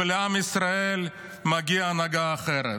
ולעם ישראל מגיעה הנהגה אחרת.